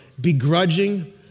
begrudging